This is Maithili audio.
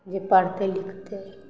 जे पढ़तै लिखतै